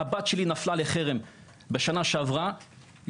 הבת שלי נפלה לחרם בשנה שעברה,